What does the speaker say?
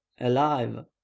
alive